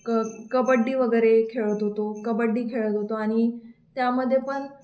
क कबड्डी वगैरे खेळत होतो कबड्डी खेळत होतो आणि त्यामध्ये पण